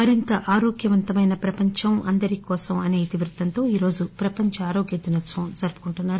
మరింత ఆరోగ్యవంతమైన ప్రపంచం అందరి కోసం అనే ఇతివృత్తంతో ఈరోజు ప్రపంచ ఆరోగ్య దినోత్సవం జరుపుకుంటున్నారు